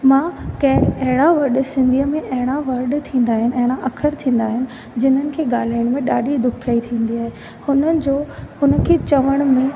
मां कंहिं अहिड़ा वड सिंधीअ में अहिड़ा वड थींदा आहिनि अहिड़ा अख़र थींदा आहिनि जिन्हनि खे ॻाल्हाइण में ॾाढी ॾुखियाई थींदी आहे हुननि जो हुन खे चवण में